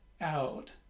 out